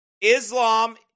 Islam